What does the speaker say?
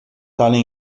tale